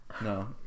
No